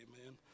amen